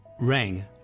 rang